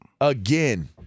Again